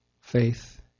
faith